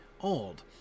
old